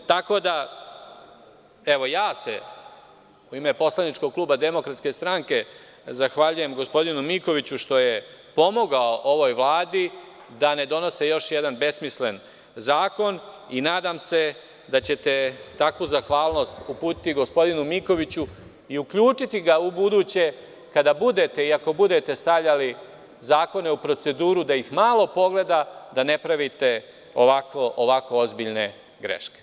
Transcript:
U ime poslaničkog kluba DS ja se zahvaljujem gospodinu Mikoviću što je pomogao ovoj Vladi da ne donosi još jedan besmislen zakon i nadam se da ćete takvu zahvalnost uputiti gospodinu Mikoviću i uključiti ga ubuduće, kada budete i ako budete stavljali zakone u proceduru, da ih malo pogleda, da ne pravite ovako ozbiljne greške.